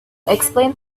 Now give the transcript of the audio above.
explain